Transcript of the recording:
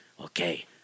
Okay